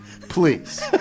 Please